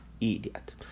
idiot